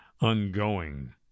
ongoing